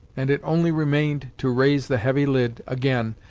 and it only remained to raise the heavy lid, again,